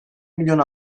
milyon